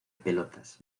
pelotas